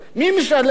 מי משלם?